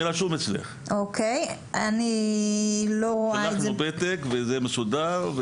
אני רשום אצלך, שלחנו פתק וזה מסודר.